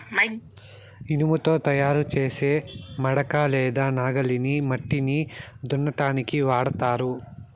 ఇనుముతో తయారు చేసే మడక లేదా నాగలిని మట్టిని దున్నటానికి వాడతారు